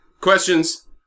Questions